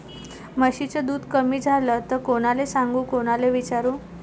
म्हशीचं दूध कमी झालं त कोनाले सांगू कोनाले विचारू?